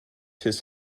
his